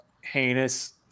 heinous